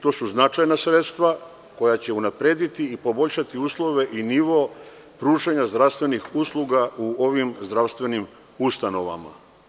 To su značajna sredstva koja će unaprediti i poboljšati uslove i nivo pružanja zdravstvenih usluga u ovim zdravstvenim ustanovama.